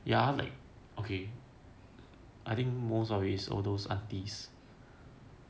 ya like okay I think most of it is all those aunties